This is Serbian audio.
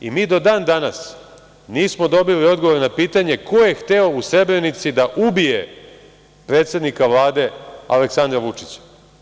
I mi do dan-danas nismo dobili odgovore na pitanje ko je hteo u Srebrenici da ubije predsednika Vlade, Aleksandra Vučića?